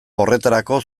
horretarako